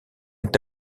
est